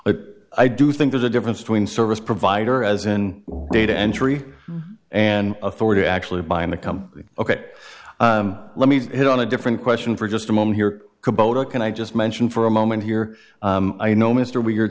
but i do think there's a difference between service provider as in data entry and authority actually buying to come ok let me hit on a different question for just a moment here kubota can i just mention for a moment here i know mr weir